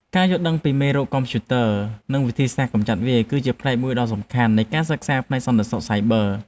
ការយល់ដឹងអំពីមេរោគកុំព្យូទ័រ និងវិធីសាស្ត្រកម្ចាត់វា គឺជាផ្នែកមួយដ៏សំខាន់នៃការសិក្សាផ្នែកសន្តិសុខសាយប័រ។